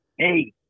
Hey